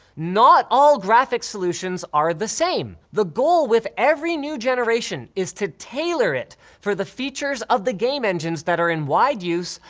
not all graphics solutions are the same, the goal with every new generation is to tailor it for the features of the game engines that are in wide use,